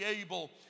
able